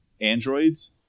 androids